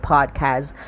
Podcast